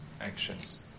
actions